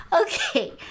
okay